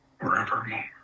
Forevermore